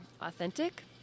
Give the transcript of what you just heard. authentic